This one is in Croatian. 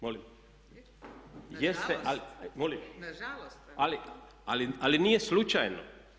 Molim? [[Upadica: Nažalost.]] Jeste ali nije slučajnom.